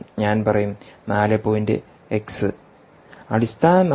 X അടിസ്ഥാന 4